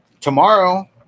tomorrow